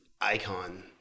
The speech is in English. icon